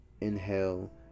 inhale